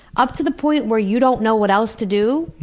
up to the point where you don't know what else to do,